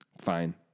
Fine